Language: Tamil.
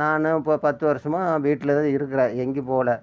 நான் இப்போ பத்து வருஷமா வீட்டில் தான் இருக்கிறேன் எங்கேயும் போகல